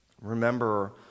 Remember